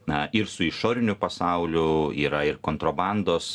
na ir su išoriniu pasauliu yra ir kontrobandos